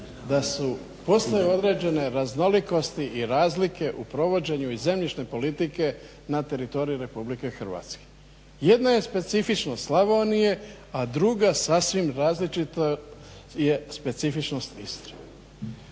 da postoje određene raznolikosti i razlike u provođenju iz zemljišne politike na teritoriju RH. jedna je specifičnost Slavonije, a druga sasvim različito je specifičnost Istre.